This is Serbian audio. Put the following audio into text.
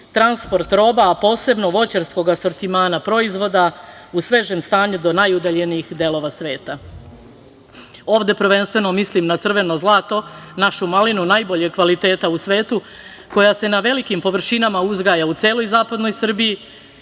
transport roba, a posebno voćarskog asortimana proizvoda u svežem stanju do najudaljenijih delova sveta. Ovde prvenstveno mislim na crveno zlato, našu malinu, najboljeg kvaliteta u svetu, koja se na velikim površinama uzgaja u celoj zapadnoj Srbiji